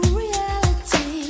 reality